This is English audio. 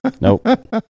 Nope